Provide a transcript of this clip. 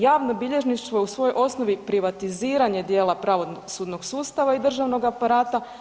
Javno bilježništvo je u svojoj osnovi privatiziranje dijela pravosudnog sustava i državnog aparata.